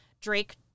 Drake